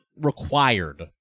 required